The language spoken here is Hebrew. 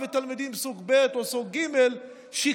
ותלמידים מסוג ב' או מסוג ג' שכיום